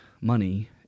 money